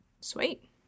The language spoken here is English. sweet